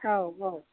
औ औ